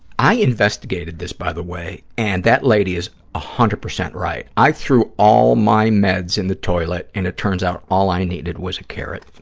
i investigated this, by the way, and that lady is one ah hundred percent right. i threw all my meds in the toilet and it turns out all i needed was a carrot.